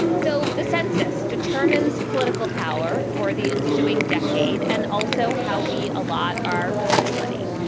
so the census determines political power for the ensuing decade and also how we allot our tax money.